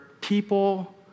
people